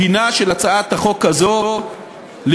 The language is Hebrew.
דינה של הצעת החוק הזאת להידחות,